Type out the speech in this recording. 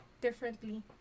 differently